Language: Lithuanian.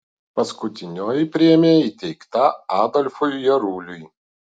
paskutinioji premija įteikta adolfui jaruliui